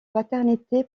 paternité